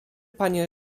panie